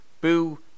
Boo